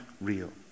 real